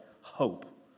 Hope